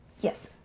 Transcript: Yes